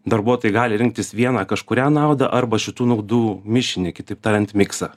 darbuotojai gali rinktis vieną kažkurią naudą arba šitų naudų mišinį kitaip tariant miksą